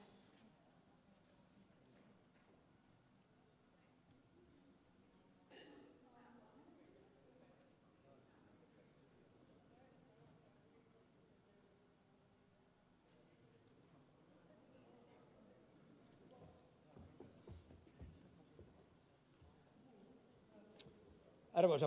arvoisa puhemies